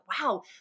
wow